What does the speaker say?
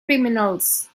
criminals